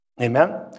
Amen